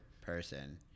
person